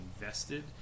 invested